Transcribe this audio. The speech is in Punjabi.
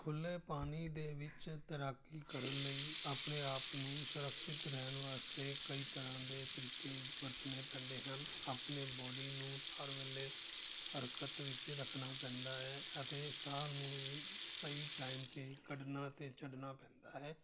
ਖੁੱਲੇ ਪਾਣੀ ਦੇ ਵਿੱਚ ਤੈਰਾਕੀ ਕਰਨ ਲਈ ਆਪਣੇ ਆਪ ਨੂੰ ਸੁਰਕਸ਼ਿਤ ਰਹਿਣ ਵਾਸਤੇ ਕਈ ਤਰ੍ਹਾਂ ਦੇ ਤਰੀਕੇ ਵਰਤਣੇ ਪੈਂਦੇ ਹਨ ਆਪਣੇ ਬੋਡੀ ਨੂੰ ਹਰ ਵੇਲੇ ਹਰਕਤ ਵਿੱਚ ਰੱਖਣਾ ਪੈਂਦਾ ਹੈ ਅਤੇ ਸਾਹ ਨੂੰ ਵੀ ਸਹੀ ਟਾਈਮ 'ਤੇ ਕੱਢਣਾ ਅਤੇ ਛੱਡਣਾ ਪੈਂਦਾ ਹੈ